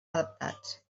adaptats